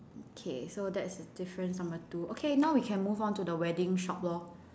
okay so that's difference number two okay now we can move on to the wedding shop lor